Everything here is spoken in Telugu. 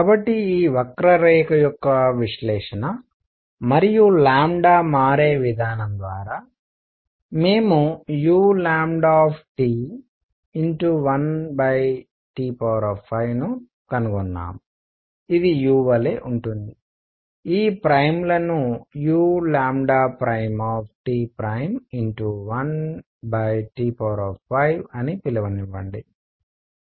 కాబట్టి ఈ వక్రరేఖ యొక్క విశ్లేషణ మరియు లాంబ్డా మారే విధానం ద్వారా మేము u1T5ను కనుగొన్నాము ఇది u వలె ఉంటుంది ఈ ప్రైమ్లనుuT'1T5అని పిలువనివ్వండి